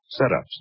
setups